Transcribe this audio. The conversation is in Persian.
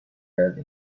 کرده